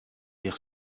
hier